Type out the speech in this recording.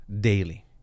daily